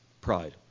pride